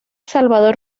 salvador